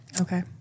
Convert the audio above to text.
Okay